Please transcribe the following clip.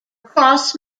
cross